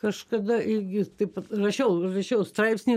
kažkada irgi taip pat rašiau rašiau straipsnį